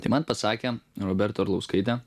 tai man pasakė roberta orlauskaitė